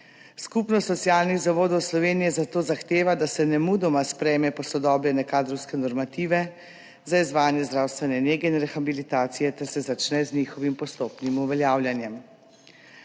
Skupnost socialnih zavodov Slovenije zato zahteva, da se nemudoma sprejme posodobljene kadrovske normative za izvajanje zdravstvene nege in rehabilitacije ter se začne z njihovim postopnim uveljavljanjem.